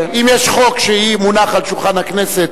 אם יש חוק שמונח על שולחן הכנסת,